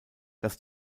das